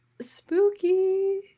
spooky